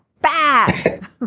bad